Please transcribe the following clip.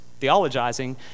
theologizing